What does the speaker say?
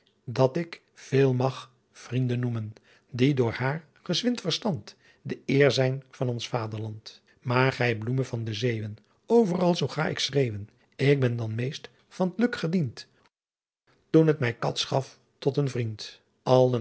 dat ick veel mach vrienden noemen die door haer geswint verstant d'eer zijn van ons vaderlant maer ghy bloeme van de zeeuwen overal soo gae ick schreeuwen k ben dan meest van t luck gedient doe t my cats gaf tot een vrient